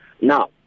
Now